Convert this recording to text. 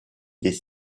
des